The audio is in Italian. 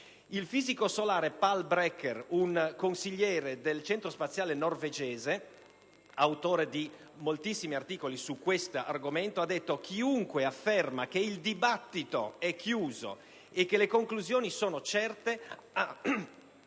Il fisico solare Pal Brekke, consigliere del Centro spaziale norvegese, autore di moltissimi articoli su questo argomento, ha detto che: «Chiunque afferma che il dibattito è chiuso e che le conclusioni sono certe ha